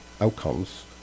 outcomes